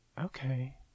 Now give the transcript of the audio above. okay